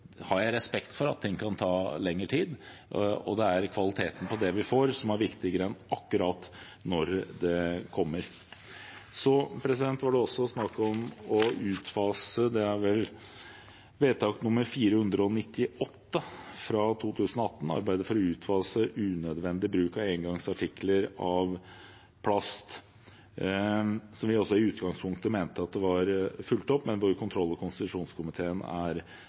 vi får, viktigere enn akkurat når det kommer. Så var det også snakk om arbeidet for å utfase unødvendig bruk av engangsartikler av plast –vedtak 498 fra 2017–2018. I utgangspunktet mente vi at dette var fulgt opp, men kontroll- og konstitusjonskomiteen er